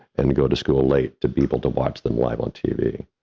and go to school late to be able to watch them live on tv.